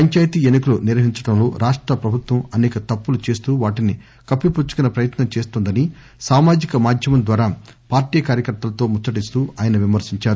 పంచాయితీ ఎన్నికలు నిర్వహించడంలో రాష్ట పభుత్వం అనేక తప్పులు చేస్తూ వాటిని కప్పిపుచుకునే పయత్నం చేస్తోందని సామాజిక మాధ్యమం ద్వారా పార్టీ కార్యకర్తలతో ముచ్చటిస్తూ ఆయన విమర్గించారు